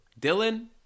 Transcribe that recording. Dylan